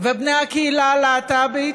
ובני הקהילה הלהט"בית,